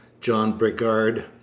john bridgar,